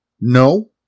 No